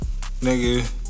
Nigga